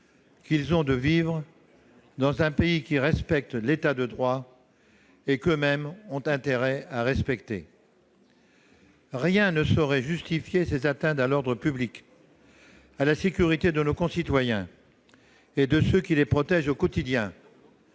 qu'ils ont de vivre dans un pays qui respecte l'État de droit et qu'eux-mêmes ont intérêt à respecter. Rien ne saurait justifier ces atteintes à l'ordre public, à la sécurité de nos concitoyens et à celle de ceux qui les protègent au quotidien